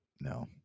No